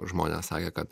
žmonės sakė kad